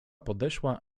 podeszła